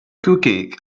cooking